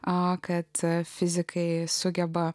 arti kad fizikai sugeba